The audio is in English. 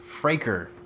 Fraker